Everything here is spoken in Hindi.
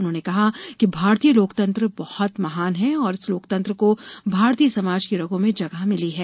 उन्होंने कहा कि भारतीय लोकतंत्र बहुत महान है और इस लोकतंत्र को भारतीय समाज की रगों में जगह मिली है